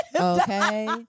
Okay